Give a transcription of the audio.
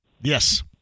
Yes